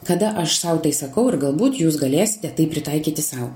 kada aš sau tai sakau ir galbūt jūs galėsite tai pritaikyti sau